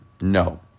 No